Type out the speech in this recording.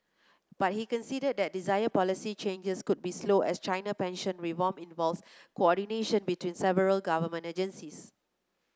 but he conceded that desired policy changes could be slow as China pension reform involves coordination between several government agencies